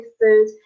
food